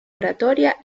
oratoria